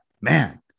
man